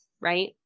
right